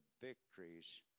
victories